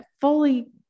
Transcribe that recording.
fully